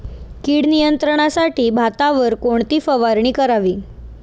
कीड नियंत्रणासाठी भातावर कोणती फवारणी करावी?